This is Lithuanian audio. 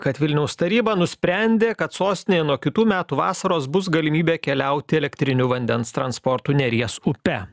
kad vilniaus taryba nusprendė kad sostinėje nuo kitų metų vasaros bus galimybė keliauti elektriniu vandens transportu neries upe